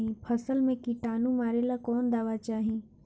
फसल में किटानु मारेला कौन दावा चाही?